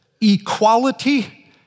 equality